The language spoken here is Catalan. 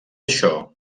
això